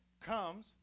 comes